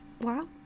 Wow